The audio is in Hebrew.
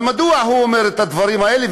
אבל מדוע הוא אומר את הדברים האלה,